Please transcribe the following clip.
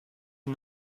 est